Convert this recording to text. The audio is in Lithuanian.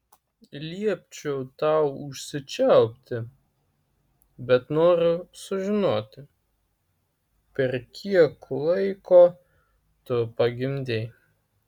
liepčiau tau užsičiaupti bet noriu sužinoti per kiek laiko tu pagimdei